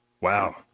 Wow